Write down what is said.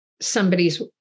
somebody's